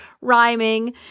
Rhyming